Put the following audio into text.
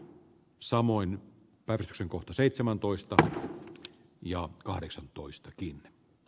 samoin periksi kohta seitsemäntoista ja kahdeksantoista kin d